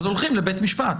הולכים לבית משפט.